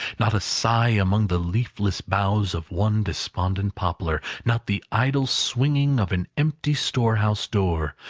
not a sigh among the leafless boughs of one despondent poplar, not the idle swinging of an empty store-house door,